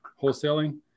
wholesaling